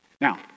Now